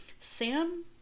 sam